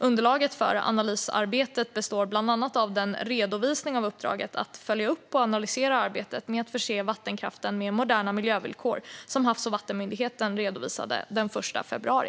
Underlaget för analysarbetet består bland annat av den redovisning av uppdraget att följa upp och analysera arbetet med att förse vattenkraften med moderna miljövillkor som Havs och vattenmyndigheten redovisade den 1 februari.